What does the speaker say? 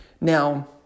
Now